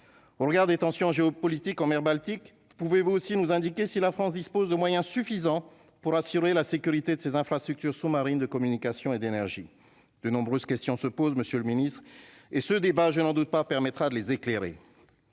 au regard des tensions géopolitiques en mer Baltique, vous pouvez-vous aussi nous indiquer si la France dispose de moyens suffisants pour assurer la sécurité de ses infrastructures sous-marines, de communication et d'énergie, de nombreuses questions se posent : Monsieur le Ministre et ce débat, je n'en doute pas, permettra de les éclairer,